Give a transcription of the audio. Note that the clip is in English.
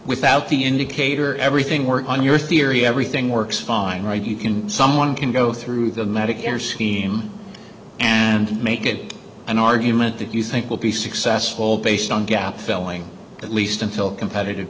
without the indicator everything work on your theory everything works fine right you can someone can go through the medicare scheme and make it an argument that you think will be successful based on gap filling at least until competitive